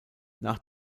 nach